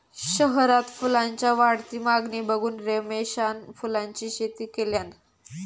शहरात फुलांच्या वाढती मागणी बघून रमेशान फुलांची शेती केल्यान